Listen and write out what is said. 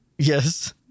Yes